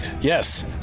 yes